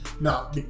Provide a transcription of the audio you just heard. Now